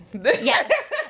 yes